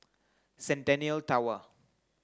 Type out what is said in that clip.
Centennial Tower